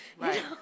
Right